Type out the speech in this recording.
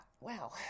wow